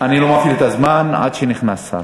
נחמן שי.